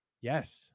yes